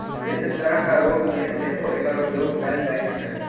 विभिन्न तरहक रोग मे सेहो एकर उपयोग कैल जाइ छै